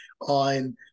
on